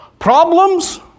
Problems